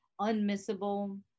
unmissable